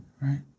right